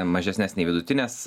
mažesnes nei vidutinės